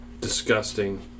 disgusting